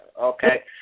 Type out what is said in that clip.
okay